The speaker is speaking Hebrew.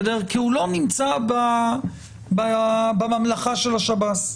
כי הוא לא נמצא בממלכה של שב"ס,